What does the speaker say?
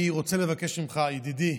אני רוצה לבקש ממך, ידידי,